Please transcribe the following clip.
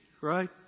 right